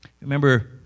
Remember